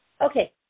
Okay